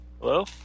Hello